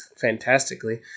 fantastically